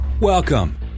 Welcome